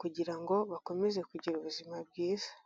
kugira ngo bakomeze kugira ngo bakomeze ubuzima bwiza.